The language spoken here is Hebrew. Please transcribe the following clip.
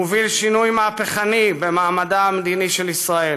הוא הוביל שינוי מהפכני במעמדה המדיני של ישראל,